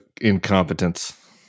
incompetence